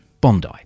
Bondi